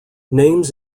names